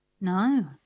No